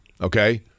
okay